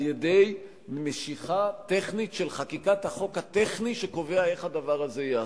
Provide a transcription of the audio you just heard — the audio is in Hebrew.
על-ידי משיכה טכנית של חקיקת החוק הטכני שקובע איך הדבר הזה ייעשה.